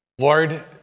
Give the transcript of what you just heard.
Lord